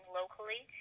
locally